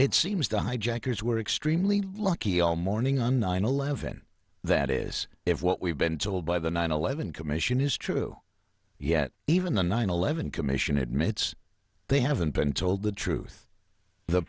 it seems died jackers were extremely lucky all morning on nine eleven that is if what we've been told by the nine eleven commission is true yet even the nine eleven commission admits they haven't been told the truth the